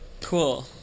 cool